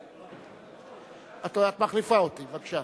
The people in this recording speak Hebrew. את מחליפה אותי, בבקשה,